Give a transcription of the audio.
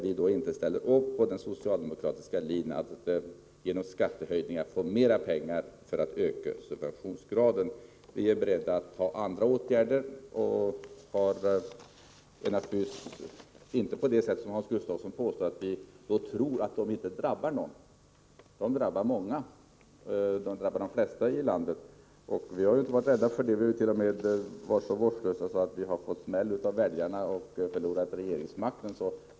Vi ställer inte upp på den socialdemokratiska linjen, som innebär att man genom skattehöjningar vill få mera pengar för att kunna öka subventionsgraden. Vi är beredda att vidta andra åtgärder. Men det är inte så som Hans Gustafsson påstår, att vi tror att dessa åtgärder inte skulle drabba någon. De drabbar de flesta i landet. Vi har inte varit rädda för det, utan t.o.m. varit så vårdslösa att vi fått ”smäll” av väljarna och förlorat regeringsmakten.